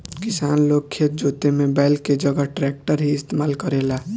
किसान लोग खेत जोते में बैल के जगह ट्रैक्टर ही इस्तेमाल करेला